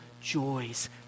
joys